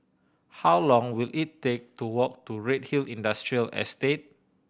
how long will it take to walk to Redhill Industrial Estate